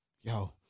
Yo